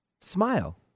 smile